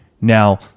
Now